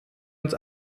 uns